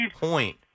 point